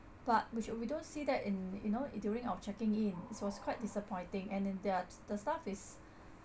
but which we don't see that in you know it during our checking in it was quite disappointing and their the staff is